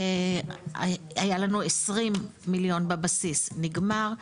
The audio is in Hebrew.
היה לנו 20 מיליון בבסיס, נגמר.